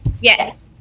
Yes